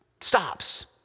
stops